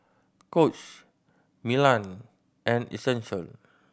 Coach Milan and Essential